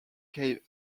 cave